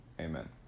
amen